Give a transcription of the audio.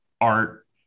art